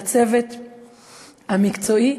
לצוות המקצועי,